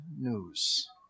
news